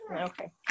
okay